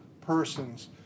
persons